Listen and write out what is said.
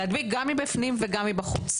להדביק גם מבפנים וגם מבחוץ.